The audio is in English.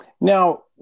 Now